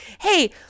Hey